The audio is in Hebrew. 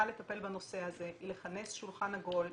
לטפל בנושא הזה היא לכנס שולחן עגול,